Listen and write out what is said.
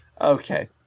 Okay